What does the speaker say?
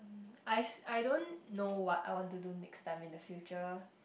I I don't know what I want to do next time in the future